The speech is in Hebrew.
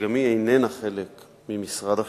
שגם היא איננה חלק ממשרד החינוך,